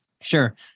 Sure